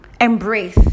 embrace